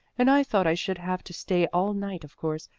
and i thought i should have to stay all night, of course.